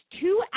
two